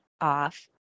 off